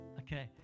Okay